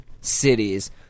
cities